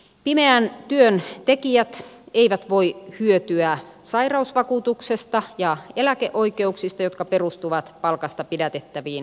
pimeän työn tekijät eivät voi hyötyä sairausvakuutuksesta ja eläkeoikeuksista jotka perustuvat palkasta pidätettäviin maksuihin